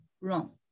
wrong